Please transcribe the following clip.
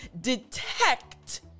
detect